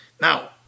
Now